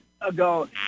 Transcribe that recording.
ago